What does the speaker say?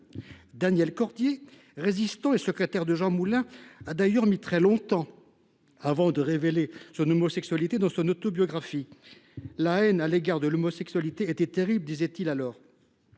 Daniel Cordier, résistant et secrétaire de Jean Moulin, a d’ailleurs mis très longtemps avant de révéler son homosexualité dans son autobiographie. « La haine à l’égard de l’homosexualité était terrible », expliquait il alors.